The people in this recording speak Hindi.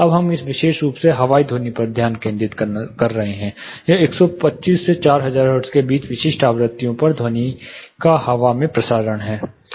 अब हम विशेष रूप से हवाई ध्वनि पर ध्यान केंद्रित कर रहे हैं यह 125 से 4000 हर्ट्ज के बीच विशिष्ट आवृत्तियों पर ध्वनि का हवा में प्रसारण है